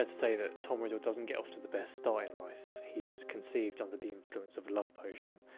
say that tom riddle doesn't get off to the best start in life. he is conceived under the influence of love potion,